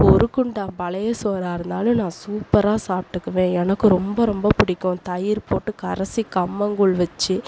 ஒரு குண்டான் பழைய சோறாக இருந்தாலும் நான் சூப்பராக சாப்பிட்டுக்குவேன் எனக்கு ரொம்ப ரொம்ப பிடிக்கும் தயிர் போட்டு கரசி கம்பங்கூழ் வச்சி